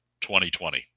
2020